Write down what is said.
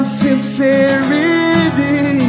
sincerity